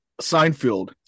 Seinfeld